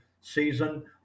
season